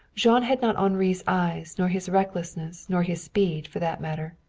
jean had not henri's eyes nor his recklessness nor his speed, for that matter.